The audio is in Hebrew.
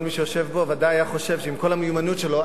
כל מי שיושב פה בוודאי היה חושב שעם כל המיומנות שלו,